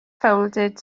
folded